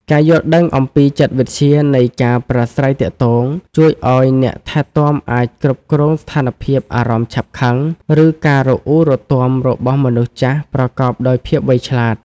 ការយល់ដឹងអំពីចិត្តវិទ្យានៃការប្រាស្រ័យទាក់ទង ជួយឱ្យអ្នកថែទាំអាចគ្រប់គ្រងស្ថានភាពអារម្មណ៍ឆាប់ខឹង ឬការរអ៊ូរទាំរបស់មនុស្សចាស់ប្រកបដោយភាពវៃឆ្លាត។